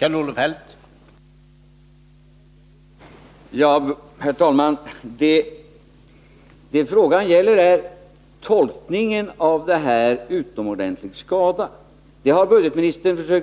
Herr talman! Vad frågan gäller är tolkningen av ”utomordentlig skada”. Budgetministern har här